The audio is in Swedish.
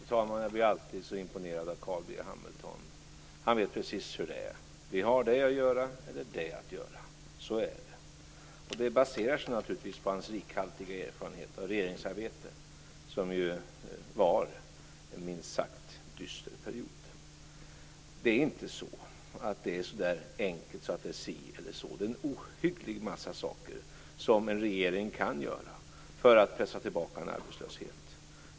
Fru talman! Jag blir alltid så imponerad av Carl B Hamilton. Han vet precis hur det är. Vi har det eller det att göra - så är det. Det baserar sig naturligtvis på hans rikhaltiga erfarenheter av regeringsarbete under en minst sagt dyster period. Det är inte så enkelt att det är si eller så. Det är en ohygglig massa saker som en regering kan göra för att pressa tillbaka arbetslöshet.